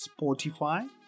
Spotify